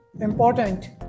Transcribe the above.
important